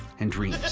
and dreams.